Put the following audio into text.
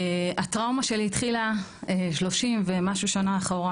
הטראומה שלי התחילה 30 ומשהו שנה אחורה,